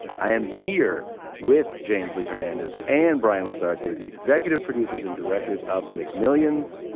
i am here with james lee hernandez and brian lazarte. the executive producers and directors of mcmillions.